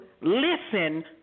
listen